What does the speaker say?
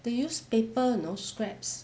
they use paper you know scraps